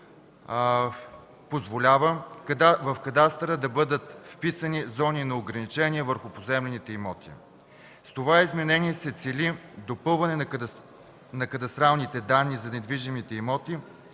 позволява в кадастъра да бъдат вписани зони на ограничения върху поземлените имоти. С това изменение се цели допълване на кадастралните данни за недвижимите имоти